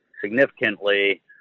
significantly